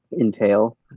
entail